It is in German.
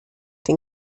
den